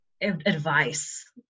advice